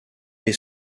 est